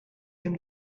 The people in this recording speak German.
ein